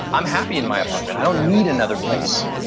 i'm happy in my apartment. i don't need another place.